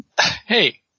hey